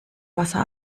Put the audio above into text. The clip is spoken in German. wasser